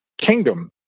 kingdom